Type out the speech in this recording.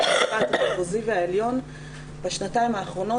המשפט המחוזי והעליון בשנתיים האחרונות,